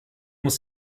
muss